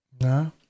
No